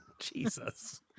Jesus